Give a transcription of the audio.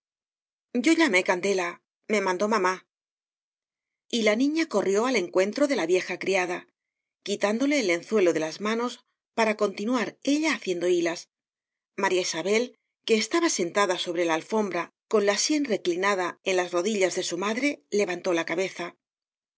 o llamé candela me mandó mamá ó la niña corrió al encuentro de la vieja criada quitándole el lenzuelo de las manos para continuar ella haciendo hilas maría isabel que estaba sentada sobre la alfombra con la sien reclinada en las rodillas de su madre levantó la cabeza